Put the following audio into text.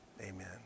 amen